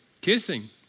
kissing